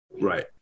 Right